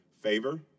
favor